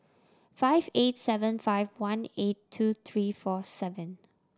five eight seven five one eight two three four seven